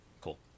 cool